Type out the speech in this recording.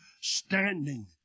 standing